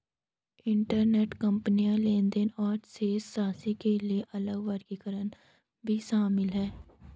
intercompany लेनदेन और शेष राशि के लिए अलग वर्गीकरण भी शामिल हैं